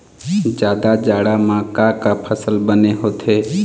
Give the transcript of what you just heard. जादा जाड़ा म का का फसल बने होथे?